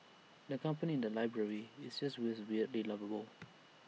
the company in the library is just as weirdly lovable